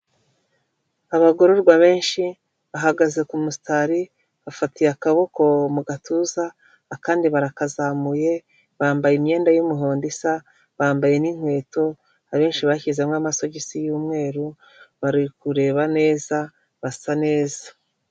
Umuhanda wa kaburimbo uciyemo ibisate bibiri uri gucamo imodoka, ndetse na moto ihetse umugenzi, itandukanyijwe n'ibyatsi, ndetse n'ibiti, no ku mpande zawo hari ibiti.